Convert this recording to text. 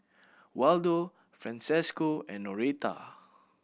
Waldo Francesco and Noreta